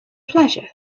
pleasure